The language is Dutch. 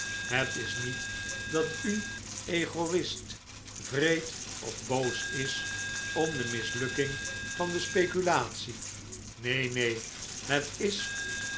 het is niet dat u egoist wreed of boos is om de mislukking van de speculatie neen neen het is